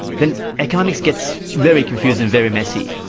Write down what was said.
then economics gets very confusing, very messy.